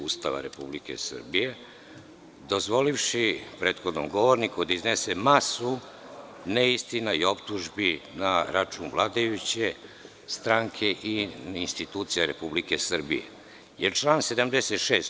Ustava Republike Srbije dozvolivši prethodnom govorniku da iznese masu neistina i optužbi na račun vladajuće stranke i na institucije Republike Srbije, jer član 76.